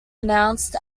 announced